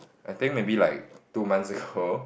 I think maybe like two months ago